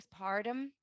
postpartum